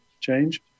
change